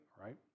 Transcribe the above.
right